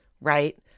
right